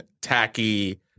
tacky